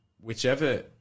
whichever